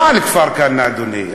לא על כפר-כנא, אדוני.